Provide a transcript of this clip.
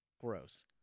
Gross